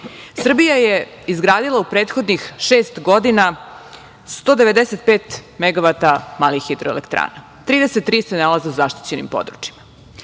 Srbija je izgradila u prethodnih šest godina 195 megavata malih hidroelektrana, 33 se nalaze u zaštićenim područjima.